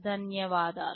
ధన్యవాదాలు